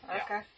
Okay